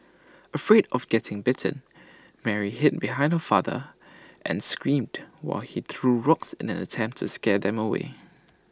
afraid of getting bitten Mary hid behind her father and screamed while he threw rocks in an attempt to scare them away